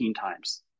times